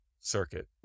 circuit